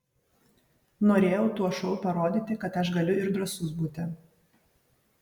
norėjau tuo šou parodyti kad aš galiu ir drąsus būti